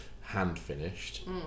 hand-finished